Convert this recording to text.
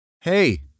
Hey